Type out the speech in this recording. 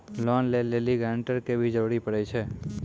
Loan लै लेली guarantor के भी जरूरी पड़ै छै?